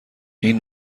این